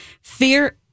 fear